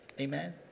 Amen